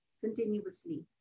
continuously